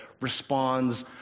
responds